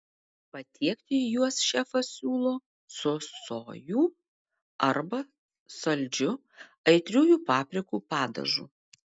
patiekti juos šefas siūlo su sojų arba saldžiu aitriųjų paprikų padažu